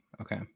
Okay